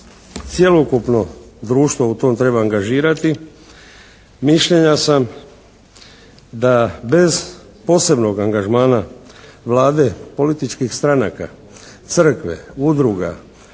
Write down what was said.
cjelokupno društvo u to treba angažirati. Mišljenja sam da bez posebnog angažmana Vlade, političkih stranaka, crkve, udruga,